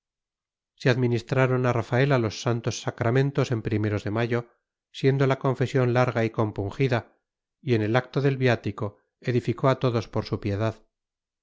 se administraron a rafaela los santos sacramentos en primeros de mayo siendo la confesión larga y compungida y en el acto del viático edificó a todos por su piedad